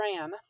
Ram